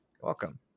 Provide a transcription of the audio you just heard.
Welcome